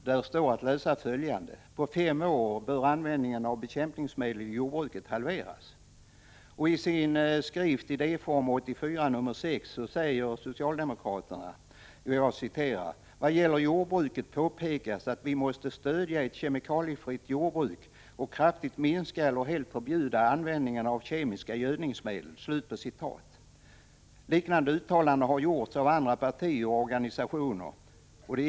Där står följande att läsa: ”På fem år bör användningen av bekämpningsmedel i jordbruket halveras.” I sin skrift Idéform 1984 nr 6 säger socialdemokraterna: ”Vad gäller jordbruket påpekas att vi måste stödja ett kemikaliefritt jordbruk och kraftigt minska eller helt förbjuda användningen av kemiska gödningsmedel.” Liknande uttalanden har gjorts av andra partier och organisationer.